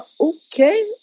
okay